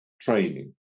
training